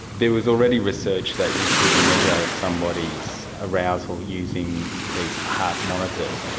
there was already research that you could and measure somebody's arousal using these heart monitors.